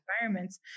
environments